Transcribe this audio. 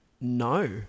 No